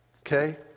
okay